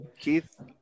keith